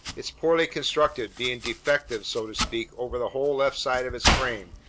it's poorly constructed, being defective, so to speak, over the whole left side of its frame,